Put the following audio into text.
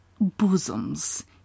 bosoms